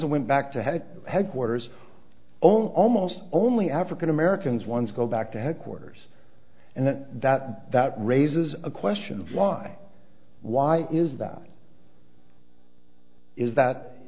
that went back to had headquarters only almost only african americans ones go back to headquarters and that that that raises a question of why why is that is that